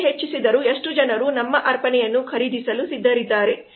ಬೆಲೆ ಹೆಚ್ಚಿಸಿದರೂ ಎಷ್ಟು ಜನರು ನಮ್ಮ ಅರ್ಪಣೆಯನ್ನು ಖರೀದಿಸಲು ಸಿದ್ಧರಿದ್ದಾರೆ